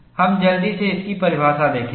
हम जल्दी से इसकी परिभाषा देखेंगे